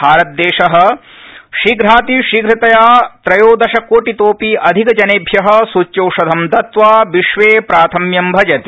भारतदेश शीघ्रातिशीघ्रतया त्रयोदशकोटितोऽपि अधिकजनेभ्य सूच्यौषधं दत्वा विश्वे प्राथम्यं भजते